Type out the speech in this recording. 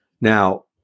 Now